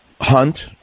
hunt